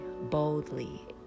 boldly